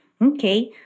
Okay